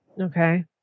Okay